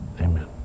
amen